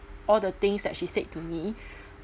all the things that she said to me